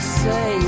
say